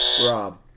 Rob